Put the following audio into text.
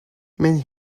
many